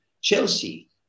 Chelsea